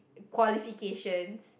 qualifications